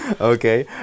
okay